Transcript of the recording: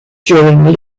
during